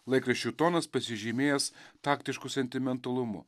laikraščių tonas pasižymėjęs taktišku sentimentalumu